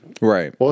Right